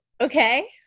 Okay